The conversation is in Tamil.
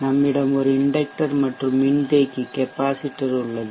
நம்மிடம் ஒரு இண்டெக்ட்டர் மற்றும் ஒரு மின்தேக்கி கெப்பாசிட்டர் உள்ளது